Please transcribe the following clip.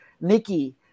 Nikki